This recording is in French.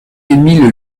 émile